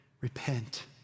repent